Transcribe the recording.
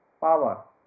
power